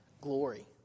glory